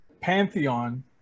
Pantheon